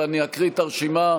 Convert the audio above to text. ואני אקרא את הרשימה,